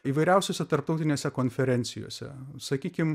įvairiausiose tarptautinėse konferencijose sakykim